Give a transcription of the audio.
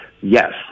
Yes